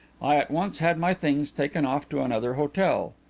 i at once had my things taken off to another hotel.